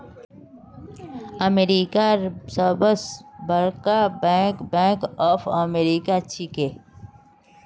अमेरिकार सबस बरका बैंक बैंक ऑफ अमेरिका छिके